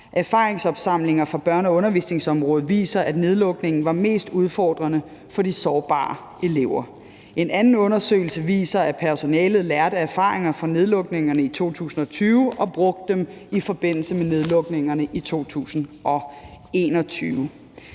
Erfaringsopsamlinger fra børne- og undervisningsområdet viser, at nedlukningen var mest udfordrende for de sårbare elever. En anden undersøgelse viser, at personalet lærte af erfaringerne fra nedlukningerne i 2020 og brugte dem i forbindelse med nedlukningerne i 2021.